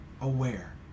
aware